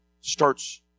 starts